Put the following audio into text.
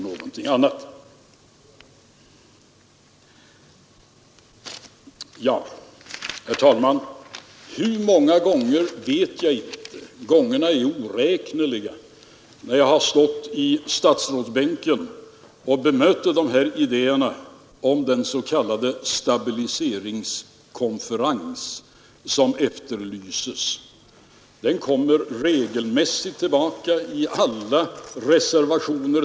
Detta kan vara en lösning. Det går emellertid inte att gå ut och säga att vi skall ha ett annat skattesystem, varigenom allting löser sig. Då far ni med lögn, dikt och ofullständiga informationer.